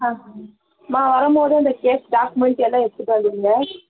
ஆ அம்மா வரும்போது அந்த கேஸ் டாக்குமெண்ட் எல்லாம் எடுத்துகிட்டு வந்துவிடுங்க